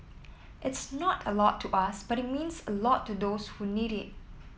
it's not a lot to us but it means a lot to those who need it